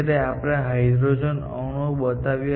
આપણે હાઇડ્રોજનના અણુઓ બનાવ્યા નથી